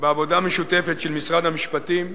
בעבודה משותפת של משרד המשפטים,